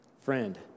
friend